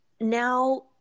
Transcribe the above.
now